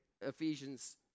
Ephesians